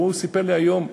והוא סיפר לי היום,